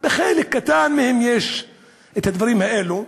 בחלק קטן מהם יש את הדברים האלו.